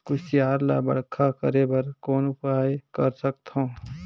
कुसियार ल बड़खा करे बर कौन उपाय कर सकथव?